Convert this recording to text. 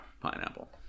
pineapple